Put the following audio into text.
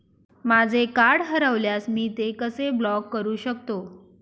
माझे कार्ड हरवल्यास मी ते कसे ब्लॉक करु शकतो?